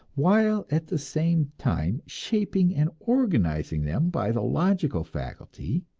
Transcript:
while at the same time shaping and organizing them by the logical faculty,